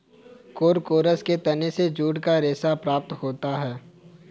Corchorus के तने से जूट का रेशा प्राप्त होता है